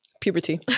puberty